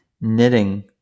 Knitting